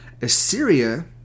Assyria